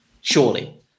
surely